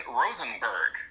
rosenberg